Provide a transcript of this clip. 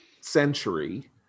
century